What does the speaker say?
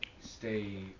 stay